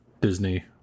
disney